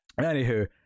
Anywho